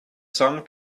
sun